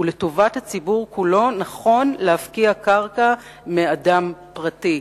ולטובת הציבור כולו נכון להפקיע קרקע מאדם פרטי,